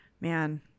Man